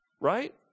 Right